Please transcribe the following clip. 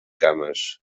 cames